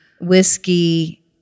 whiskey